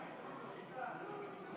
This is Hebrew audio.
להלן תוצאות